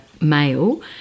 male